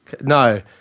no